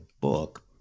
book